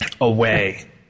Away